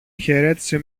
χαιρέτησε